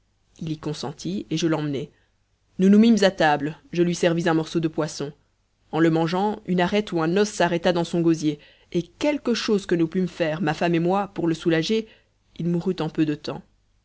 il y consentit et je l'emmenai nous nous mîmes à table je lui servis un morceau de poisson en le mangeant une arête ou un os s'arrêta dans son gosier et quelque chose que nous pûmes faire ma femme et moi pour le soulager il mourut en peu de temps